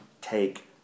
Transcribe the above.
take